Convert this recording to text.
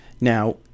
Now